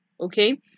okay